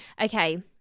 Okay